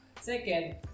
Second